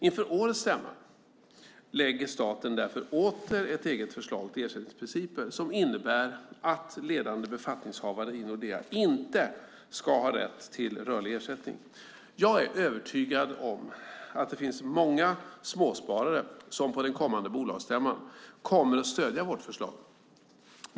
Inför årets stämma lägger staten därför åter fram ett eget förslag till ersättningsprinciper som innebär att ledande befattningshavare i Nordea inte ska ha rätt till rörlig ersättning. Jag är övertygad om att det finns många småsparare som på den kommande bolagsstämman kommer att stödja vårt förslag.